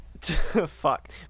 Fuck